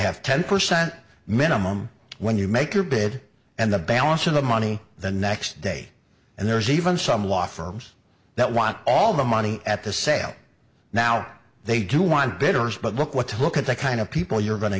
have ten percent minimum when you make your bid and the balance of the money the next day and there's even some law firms that want all the money at the sale now they do want bidders but look what to look at the kind of people you're go